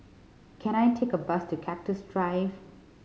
can I take a bus to Cactus Drive